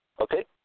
Okay